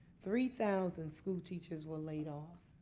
three thousand schoolteachers were laid off.